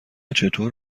چطور